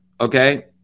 okay